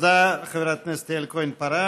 תודה לחברת הכנסת יעל כהן-פארן.